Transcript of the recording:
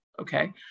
okay